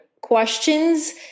questions